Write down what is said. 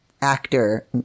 actor